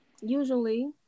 usually